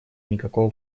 никакого